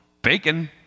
Bacon